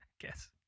guess